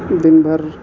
دن بھر